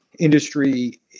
Industry